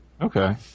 Okay